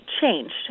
changed